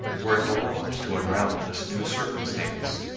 were at a loss to unravel this new circumstance.